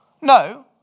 No